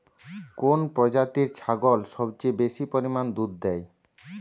কোন প্রজাতির ছাগল সবচেয়ে বেশি পরিমাণ দুধ দেয়?